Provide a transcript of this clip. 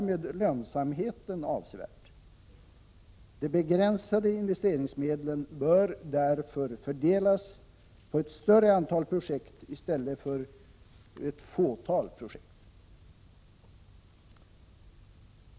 Därmed ökar lönsamheten avsevärt. De begränsade investeringsmedlen bör därför fördelas på ett större antal projekt i stället för på ett fåtal projekt.